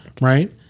right